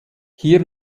hier